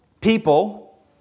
People